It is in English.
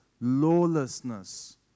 lawlessness